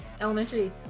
elementary